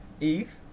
Eve